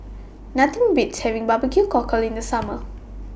Nothing Beats having Barbecue Cockle in The Summer